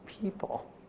people